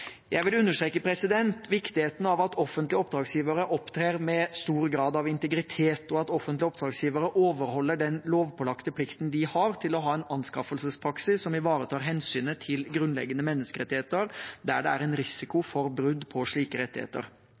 Jeg vil understreke viktigheten av at offentlige oppdragsgivere opptrer med stor grad av integritet, og at offentlige oppdragsgivere overholder den lovpålagte plikten de har til å ha en anskaffelsespraksis som ivaretar hensynet til grunnleggende menneskerettigheter der det er en risiko for brudd på slike rettigheter.